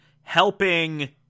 helping